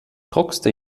druckste